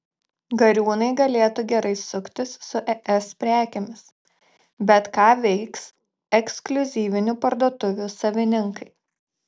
gariūnai galėtų gerai suktis su es prekėmis bet ką veiks ekskliuzyvinių parduotuvių savininkai